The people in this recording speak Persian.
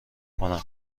کنم